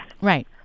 right